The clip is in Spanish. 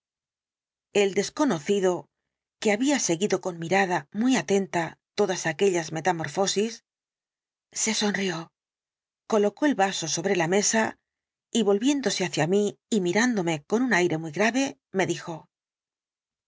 el desconocido que había seguido con mirada muy atenta todas aquellas metamorfosis se sonrió colocó el vaso sobre la mesa y volviéndose hacia mí y mirándome con un aire muy grave me dijo